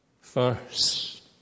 first